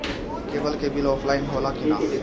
Cable के bill offline होला कि ना?